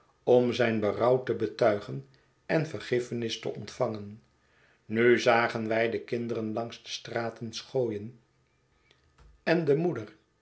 om zijn berouw te betuigen en vergiffenis te ontvangen nu zagen wij de kinderen langs de straten schooien en de moeder